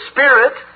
Spirit